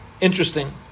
Interesting